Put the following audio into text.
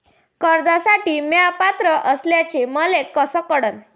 कर्जसाठी म्या पात्र असल्याचे मले कस कळन?